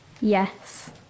Yes